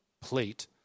plate